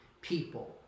people